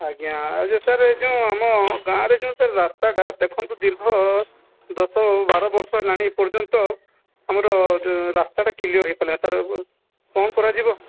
ଆଜ୍ଞା ଆଉ ଯେ ସାର୍ ଏ ଯେଉଁ ଆମ ଗାଁରେ ଯେଉଁ ସାର୍ ରାସ୍ତାଟା ଦେଖନ୍ତୁ ଦୀର୍ଘ ଦଶ ବାର ବର୍ଷ ହେଲାଣି ଏପର୍ଯ୍ୟନ୍ତ ଆମର ରାସ୍ତାଟା କ୍ଲିଅର୍ ହୋଇପାରିଲାନି ସାର୍ କଣ କରାଯିବ